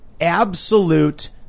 absolute